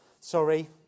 sorry